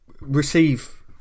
Receive